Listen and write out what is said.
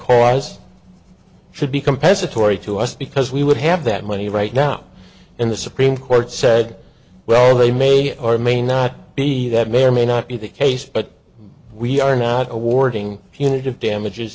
cause should be compensatory to us because we would have that money right now in the supreme court said well they may or may not be that may or may not be the case but we are now toward being punitive damages